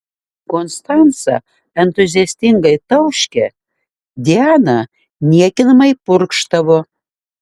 konstanca entuziastingai tauškė diana niekinamai purkštavo